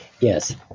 yes